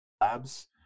Labs